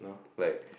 like